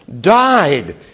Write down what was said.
Died